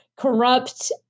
corrupt